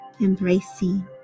embracing